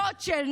דוד-של,